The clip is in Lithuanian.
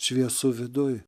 šviesu viduj